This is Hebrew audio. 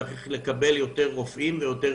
צריך לקבל יותר רופאים ולהכניס יותר